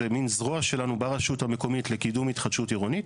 זה מן זרוע שלנו ברשות המקומית לקידום התחדשות עירונית.